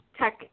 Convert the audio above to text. tech